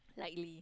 likely